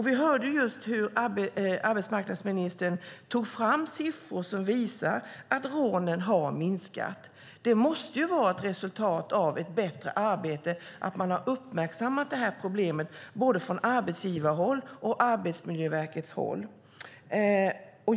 Vi hörde just hur arbetsmarknadsministern tog fram siffror som visar att rånen har minskat. Det måste ju vara ett resultat av ett bättre arbete, av att man har uppmärksammat det här problemet både från arbetsgivarhåll och från Arbetsmiljöverkets håll.